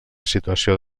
situació